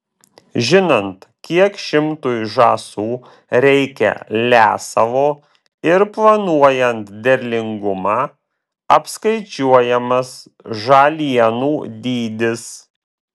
žinant kiek šimtui žąsų reikia lesalo ir planuojant derlingumą apskaičiuojamas žalienų dydis